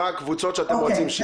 מה הקבוצות שאתם רוצים שיהיו.